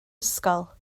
ysgol